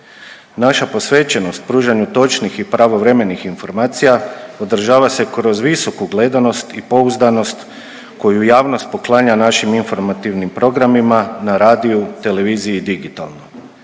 Naša posvećenost pružanju točnih i pravovremenih informacija odražava se kroz visoku gledanost i pouzdanost koju javnost poklanja našim informativnim programima na radiju, televiziji i digitalno.